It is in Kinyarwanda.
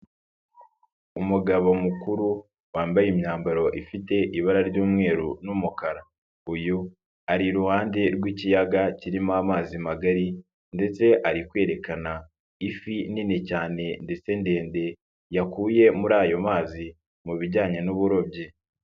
Umugabo mukuru wambaye imyambaro ifite ibara ry'umweru n'umukara. Uyu ari iruhande rw'ikiyaga kirimo amazi magari ndetse ari kwerekana ifi nini cyane ndetse ndende yakuye muri ayo mazi mu bijyanye n'uburobyi.